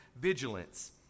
vigilance